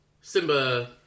Simba